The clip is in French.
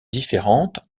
différentes